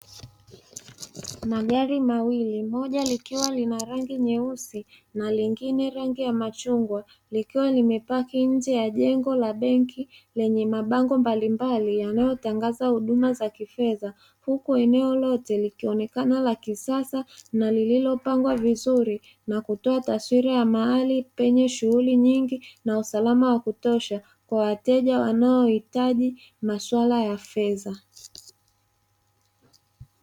Magari mawili; moja likiwa lina rangi nyeusi na lingine rangi ya machungwa, likiwa limepaki nje ya jengo la benki lenye mabango mbalimbali yanayotangaza huduma za kifedha. Huku eneo lote likionekana la kisasa na lililopangwa vizuri na kutoa taswira ya mahali penye shughuli nyingi na usalama wa kutosha kwa wateja wanaohitaji masuala ya fedha.